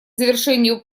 завершению